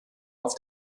auf